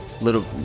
little